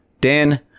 Dan